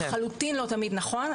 לחלוטין לא תמיד נכון.